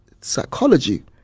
psychology